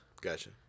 Gotcha